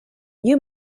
you